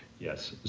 yes.